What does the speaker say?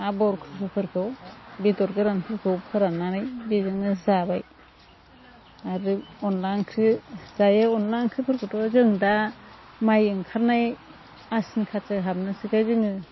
आबर खुसुफोरखौ बेदर गोरानफोरखौ फोराननानै बेजोंनो जाबाय आरो अनद्ला ओंख्रि जायो अनद्ला ओंख्रिफोरखौथ' जों दा माइ ओंखारनाय आसिन खाथि हाबनोसैखाय जोङो